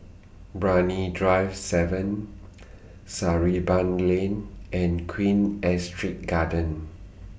Brani Drive seven Sarimbun Lane and Queen Astrid Gardens